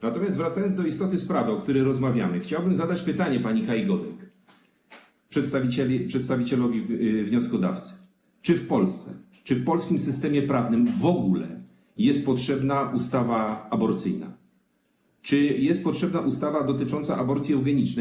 Natomiast wracając do istoty sprawy, o której rozmawiamy, chciałbym zadać pytanie pani Kai Godek, przedstawicielowi wnioskodawcy: Czy w Polsce, czy w polskim systemie prawnym w ogóle jest potrzebna ustawa aborcyjna, czy jest potrzebna ustawa dotycząca aborcji eugenicznej?